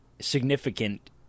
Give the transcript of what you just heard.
significant